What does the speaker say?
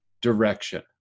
direction